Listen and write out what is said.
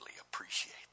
appreciate